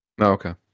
Okay